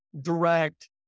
direct